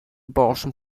abortion